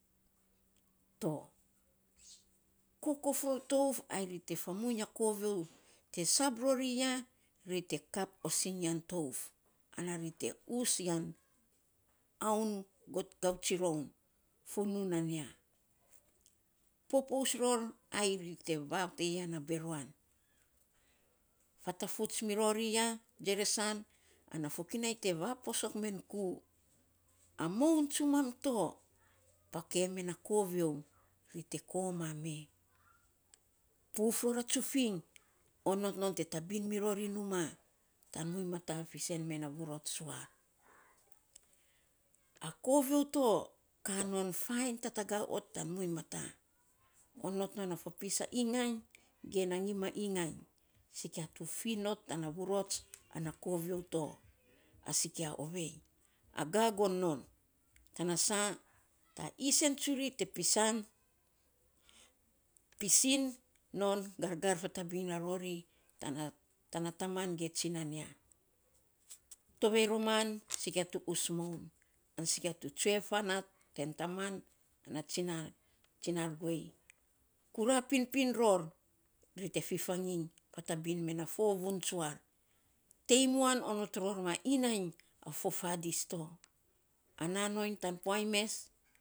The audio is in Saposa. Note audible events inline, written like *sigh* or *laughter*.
*noise* fagiir ror pengong nana ri te gima kirap farpf me sisio tana *noise* us noun.